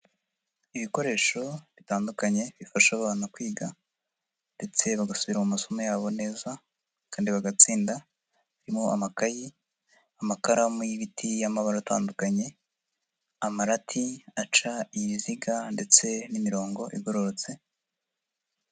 Ibikoresho bitandukanye bifasha abana kwiga ndetse bagasubira mu masomo yabo neza kandi bagatsinda birimo amakayi, amakaramu y'ibiti y'amabara atandukanye, amarati aca ibiziga ndetse n'imirongo igororotse.